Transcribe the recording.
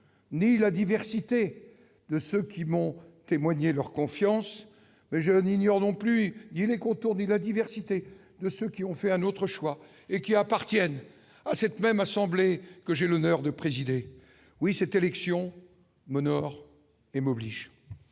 et la diversité de ceux d'entre vous qui m'ont témoigné leur confiance, pas plus que je n'ignore les contours et la diversité de ceux qui ont fait un autre choix : tous appartiennent à cette assemblée que j'ai l'honneur de présider. Oui, cette élection m'honore et m'oblige.